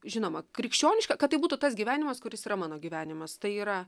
žinoma krikščioniška kad tai būtų tas gyvenimas kuris yra mano gyvenimas tai yra